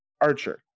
Archer